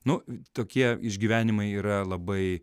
nu tokie išgyvenimai yra labai